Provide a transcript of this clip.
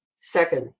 Second